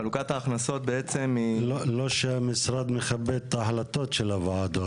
חלוקת ההכנסות --- לא שהמשרד מכבד את ההחלטות של הוועדות.